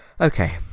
Okay